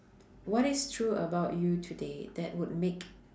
what is true about you today that would make